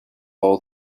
all